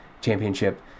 championship